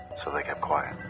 so they kept quiet.